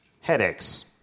headaches